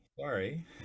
sorry